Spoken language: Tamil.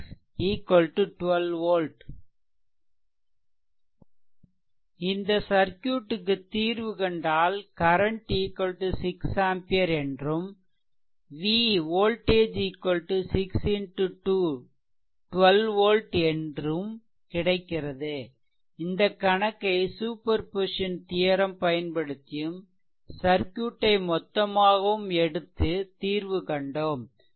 எனவே 2 6 12 volt இந்த சர்க்யூட்க்கு தீர்வு கண்டால் கரன்ட் 6 ampere என்றும் v 6 2 volt 12 voltஇந்த கணக்கை சூப்பர்பொசிசன் தியெரெம் பய்ன்படுத்தியும் சர்க்யூட்டை மொத்தமாகவும் எடுத்து தீர்வு கண்டோம்